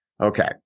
okay